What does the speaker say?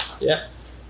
Yes